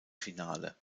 finale